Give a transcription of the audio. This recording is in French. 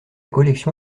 collection